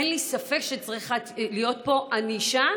אין לי ספק שצריכה להיות פה ענישה,